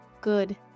good